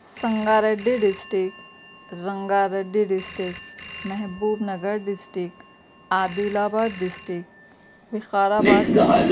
Sanga ready district Rangareddy district Mahbubnagar district Adilabad district Vikarabad district